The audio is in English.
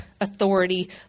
authority